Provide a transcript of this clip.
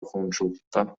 коомчулукта